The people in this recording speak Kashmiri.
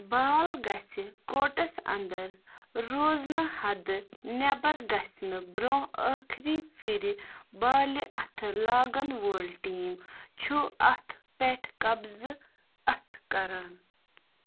بال گٔژھِ کورٹَس انٛدَر روزٕنہِ حدٕ نٮ۪بَر گژھِنہٕ برٛونٛہہ ٲخٕری پھِرِ بالہِ اتھٕ لاگن وول ٹیٖم چھُ اَتھ پٮ۪ٹھ قبضہٕ اَتھٕ كَران